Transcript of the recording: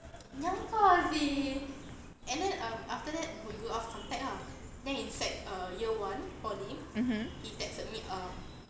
mmhmm